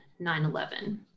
9-11